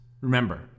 remember